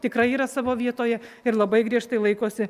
tikrai yra savo vietoje ir labai griežtai laikosi